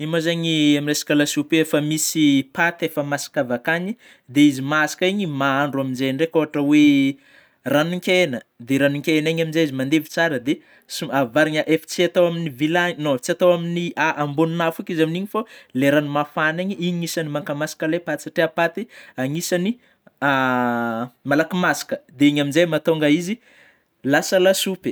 Io moa zagny amin'ny resaka lasopy io, efa misy paty efa masaka avy akany, de izy masaka igny mahandro amin'izey ndraiky ohatra hoe ranon-kegna ,dia ranonn-kegna iny amin'izay izy mandevy tsara de som-avarina efa tsy atao amin'ny vilagny, non, tsy atao amin'ny ambonin'afo eky izy amin'igny fô fa le rano mafana iny igny no isagny makamasaka ilay paty, satria paty anisan'ny malaky masaka, de igny amin'zay mahatonga izy lasa lasopy.